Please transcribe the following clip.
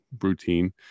routine